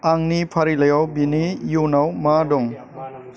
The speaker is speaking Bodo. आंनि फारिलाइयाव बिनि इयुनाव मा दं